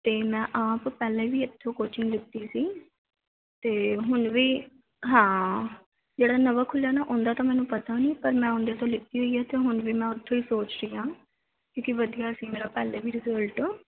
ਅਤੇ ਮੈਂ ਆਪ ਪਹਿਲੇ ਵੀ ਇੱਥੋਂ ਕੋਚਿੰਗ ਲਿੱਤੀ ਸੀ ਅਤੇ ਹੁਣ ਵੀ ਹਾਂ ਜਿਹੜਾ ਨਵਾਂ ਖੁੱਲ੍ਹਾ ਨਾ ਉਹਦਾ ਤਾਂ ਮੈਨੂੰ ਪਤਾ ਨਹੀਂ ਪਰ ਮੈਂ ਉਹਦੇ ਤੋਂ ਲਿੱਤੀ ਹੋਈ ਆ ਅਤੇ ਹੁਣ ਵੀ ਮੈਂ ਉੱਥੋਂ ਹੀ ਸੋਚ ਰਹੀ ਹਾਂ ਕਿਉਂਕਿ ਵਧੀਆ ਸੀ ਮੇਰਾ ਪਹਿਲੇ ਵੀ ਰਿਜ਼ਲਟ